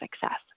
success